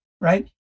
Right